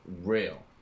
real